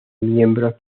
miembros